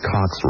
Cox